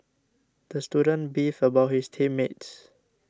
the student beefed about his team mates